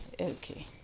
Okay